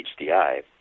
HDI